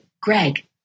Greg